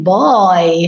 boy